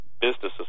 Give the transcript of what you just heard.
businesses